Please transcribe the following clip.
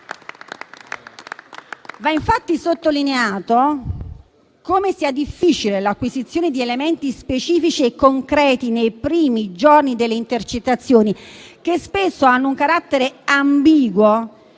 Va infatti sottolineato come sia difficile l'acquisizione di elementi specifici e concreti nei primi giorni delle intercettazioni, che spesso hanno un carattere ambiguo,